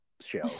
show